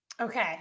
okay